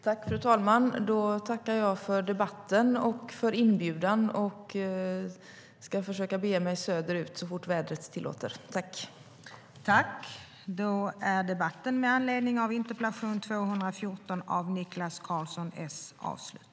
Fru talman! Jag tackar för debatten och för inbjudan. Jag ska försöka bege mig söderut så fort vädret tillåter. Överläggningen var härmed avslutad.